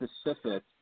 specific